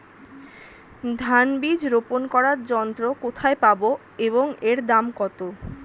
ধান বীজ রোপন করার যন্ত্র কোথায় পাব এবং এর দাম কত?